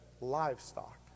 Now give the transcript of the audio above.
livestock